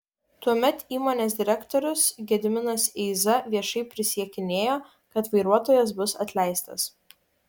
tuomet įmonės direktorius gediminas eiza viešai prisiekinėjo kad vairuotojas bus atleistas